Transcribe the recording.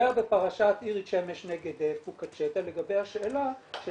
זה היה בפרשת אירית שמש נ' פוקצ'טה לגבי השאלה של